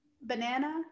Banana